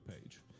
page